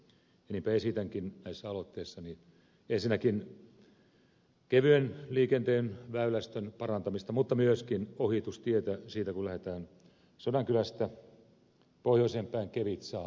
niinpä esitänkin näissä aloitteissani ensinnäkin kevyen liikenteen väylästön parantamista mutta myöskin ohitustietä kun lähdetään sodankylästä pohjoiseen päin kevitsaan